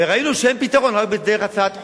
וראינו שאין פתרון, רק בדרך הצעת חוק.